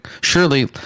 surely